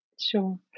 Sure